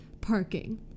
parking